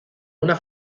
una